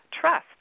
trust